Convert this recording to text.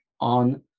on